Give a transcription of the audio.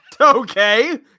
Okay